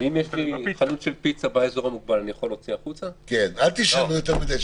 פיצה זה חיוני?